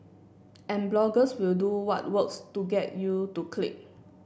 and bloggers will do what works to get you to click